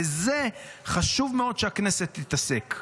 בזה חשוב מאוד שהכנסת תתעסק.